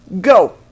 Go